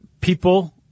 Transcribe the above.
people